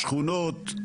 שכונות,